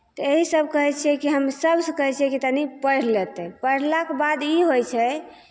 एहि सब कहै छियै कि हम सब सऽ कहै छियै कि तनी पढ़ि लेतै पढ़लाक बाद ई होइ छै